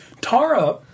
Tara